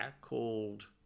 called